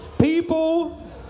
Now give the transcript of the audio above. People